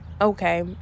okay